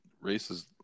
races